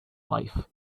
life